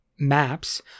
Maps